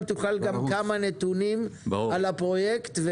אם תוכל כמה נתונים על הפרויקט,